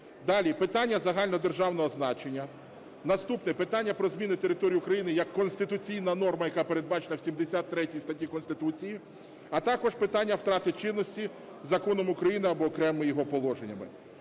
Далі. Питання загальнодержавного значення. Наступне. Питання про зміну території України як конституційна норма, яка передбачена в 73 статті Конституції. А також питання втрати чинності законом України або окремими його положеннями.